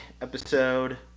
episode